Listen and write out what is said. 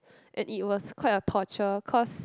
and it was quite a torture cause